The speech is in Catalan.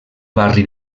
barri